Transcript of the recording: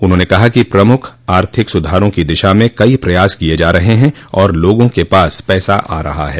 उन्होंने कहा कि प्रमुख आर्थिक सुधारों की दिशा में कई प्रयास किये जा रहे हैं और लोगों के पास पैसा आ रहा है